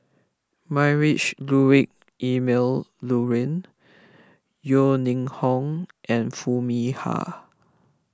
Ludwig Emil Luering Yeo Ning Hong and Foo Mee Har